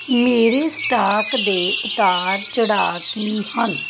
ਮੇਰੇ ਸਟਾਕ ਦੇ ਉਤਾਰ ਚੜ੍ਹਾਅ ਕੀ ਹਨ